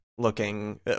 looking